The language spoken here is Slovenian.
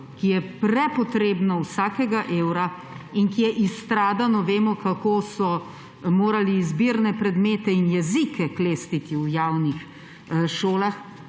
ki je prepotrebno vsakega evra in ki je izstradano – vemo, kako so morali izbirne predmete in jezike klestiti v javnih šolah